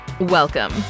welcome